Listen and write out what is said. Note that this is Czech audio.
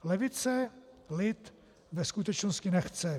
Levice lid ve skutečnosti nechce.